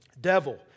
Devil